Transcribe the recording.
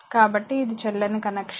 కాబట్టి ఇది చెల్లని కనెక్షన్